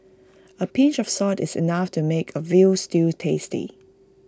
A pinch of salt is enough to make A Veal Stew tasty